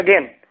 again